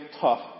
tough